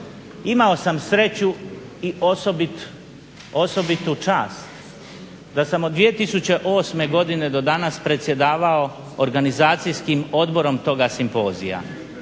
Imao sam sreću i osobitu čast da sam od 2008. godine do danas predsjedavao organizacijskim odborom toga simpozija.